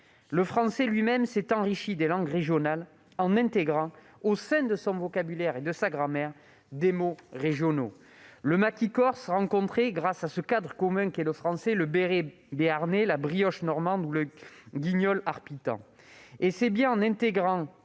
Le français lui-même s'est enrichi des langues régionales en intégrant, au sein de son vocabulaire et de sa grammaire, des mots régionaux. Le « maquis » corse rencontrait, grâce à ce cadre commun qu'est le français, le « béret » béarnais, la « brioche » normande ou le « guignol » arpitan. Et c'est bien en intégrant,